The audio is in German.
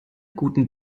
guten